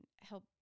help